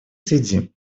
связи